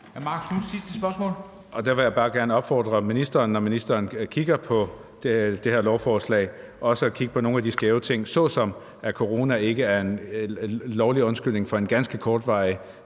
Marcus Knuth (KF): Der vil jeg bare gerne opfordre ministeren til, når ministeren kigger på det her lovforslag, også at kigge på nogle af de skæve ting, såsom at coronasituationen ikke er en lovlig undskyldning for en ganske kortvarig